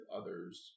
others